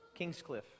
Kingscliff